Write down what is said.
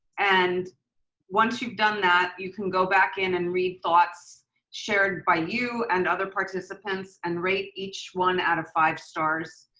and once you've done that, you can go back in and read thoughts shared by you and other participants and rate each one out of five stars.